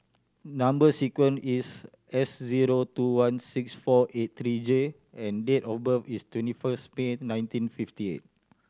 number sequence is S zero two one six four eight three J and date of birth is twenty first May nineteen fifty eight